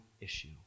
issue